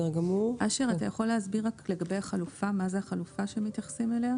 אשר, אתה יכול להסביר מהי החלופה שמתייחסים אליה.